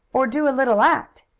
or do a little act.